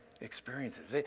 experiences